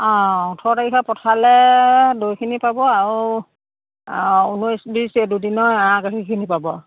অঁ ওঠৰ তাৰিখে পঠালে দৈখিনি পাব আৰু ঊনৈছ বিছ দুদিনৰ এঁয়া গাখীৰখিনি পাব